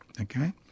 okay